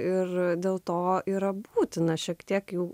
ir dėl to yra būtina šiek tiek jų